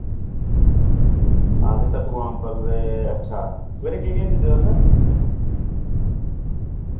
हां ते कद्दूआं अम्बल ते अच्छा सवेरै केह् केह् दिंदे तुस